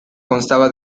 constaba